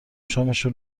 شامشو